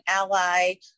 ally